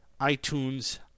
iTunes